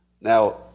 Now